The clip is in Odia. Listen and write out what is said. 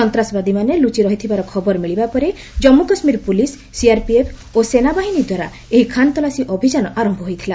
ସନ୍ତ୍ରାସବାଦୀମାନେ ଲୁଚି ରହିଥିବାର ଖବର ମିଳିବା ପରେ ଜାମ୍ମୁ କାଶ୍ମୀର ପୁଲିସ ସିଆରପିଏଫ ଏବଂ ସେନାବାହିନୀର ଦ୍ୱାରା ଏହି ଖାନତଲାସୀ ଆରମ୍ଭ ଅଭିଯାନ ହୋଇଥିଲା